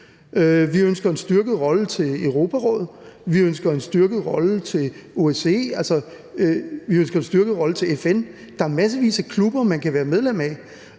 Vi ønsker en styrket rolle til Europa-Rådet, vi ønsker en styrket rolle til OSCE, vi ønsker en styrket rolle til FN. Der er massevis af klubber, man kan være medlem af.